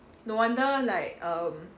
no wonder like um